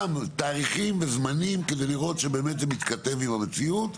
וגם תאריכים וזמנים כדי לראות שבאמת זה מתכתב עם המציאות.